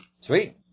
Sweet